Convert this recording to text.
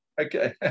okay